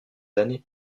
années